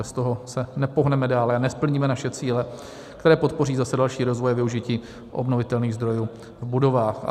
Bez toho se nepohneme dále a nesplníme naše cíle, které podpoří zase další rozvoj a využití obnovitelných zdrojů v budovách.